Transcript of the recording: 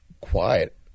quiet